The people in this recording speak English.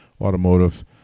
automotive